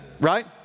right